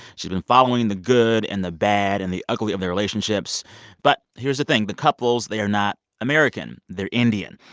she's been following the good and the bad and the ugly of their relationships but here's the thing the couples, they're not american. they're indian.